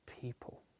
people